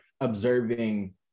observing